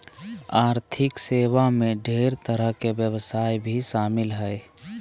आर्थिक सेवा मे ढेर तरह के व्यवसाय भी शामिल हय